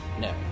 No